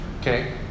okay